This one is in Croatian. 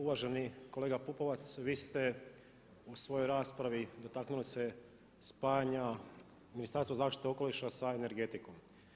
Uvaženi kolega Pupovac vi ste u svojoj raspravi dotaknuli se spajanja Ministarstva zaštite okoliša sa energetikom.